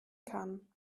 kann